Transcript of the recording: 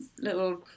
little